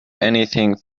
anything